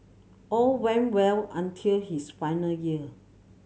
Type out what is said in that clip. all went well until his final year